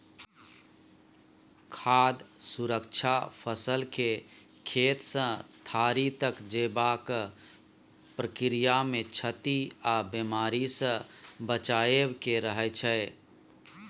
खाद्य सुरक्षा फसलकेँ खेतसँ थारी तक जेबाक प्रक्रियामे क्षति आ बेमारीसँ बचाएब केँ कहय छै